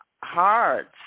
hearts